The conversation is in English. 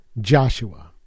Joshua